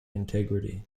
integrity